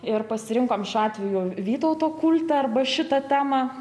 ir pasirinkom šiuo atveju vytauto kultą arba šitą temą